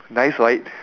nice right